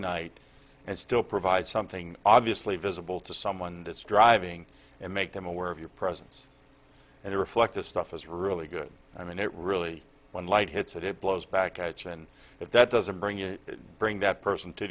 night and still provide something obviously visible to someone that's driving and make them aware of your presence and a reflective stuff is really good i mean it really when light hits it it blows back at you and if that doesn't bring you bring that person to